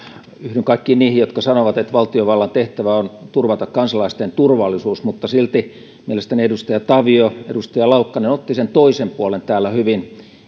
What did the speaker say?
yhdyn kaikkiin niihin jotka sanovat että valtiovallan tehtävä on turvata kansalaisten turvallisuus mutta silti mielestäni edustaja tavio edustaja laukkanen ottivat sen toisen puolen täällä hyvin